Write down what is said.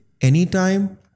anytime